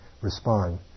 respond